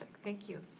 thank you.